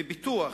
ופיתוח